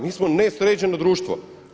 Mi smo nesređeno društvo.